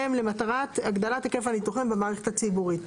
למטרת הגדלת היקף הניתוחים במערכת הציבורית.